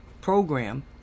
program